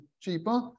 cheaper